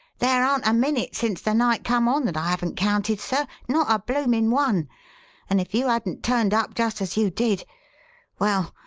there aren't a minute since the night come on that i haven't counted, sir not a bloomin' one and if you hadn't turned up just as you did well,